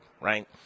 right